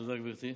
תודה, גברתי.